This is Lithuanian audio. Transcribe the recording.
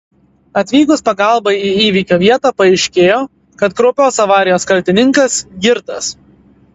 atvykus pagalbai į įvykio vietą paaiškėjo kad kraupios avarijos kaltininkas girtas